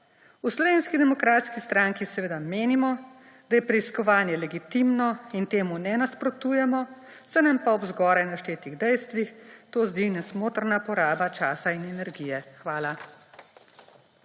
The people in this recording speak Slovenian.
V Slovenski demokratski stranki seveda menimo, da je preiskovanje legitimno, in temu ne nasprotujemo. Se nam pa ob zgoraj naštetih dejstvih to zdi nesmotrna poraba časa in energije. Hvala.